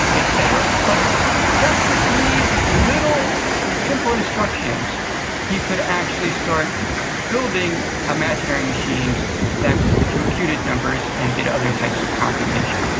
et cetera. but just with these little simple instructions he could actually start building imaginary machines that computed numbers and did other types of computation.